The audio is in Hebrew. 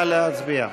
נא להצביע.